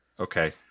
Okay